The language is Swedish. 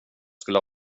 skulle